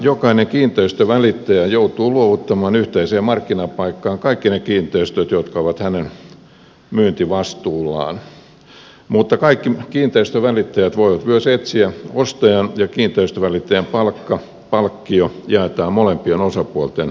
jokainen kiinteistönvälittäjä joutuu luovuttamaan yhteiseen markkinapaikkaan kaikki ne kiinteistöt jotka ovat hänen myyntivastuullaan mutta kaikki kiinteistönvälittäjät voivat myös etsiä ostajan ja kiinteistönvälittäjän palkkio jaetaan molempien osapuolten välillä